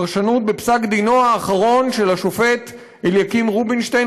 פרשנות בפסק דינו האחרון של השופט אליקים רובינשטיין,